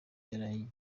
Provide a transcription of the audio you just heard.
yari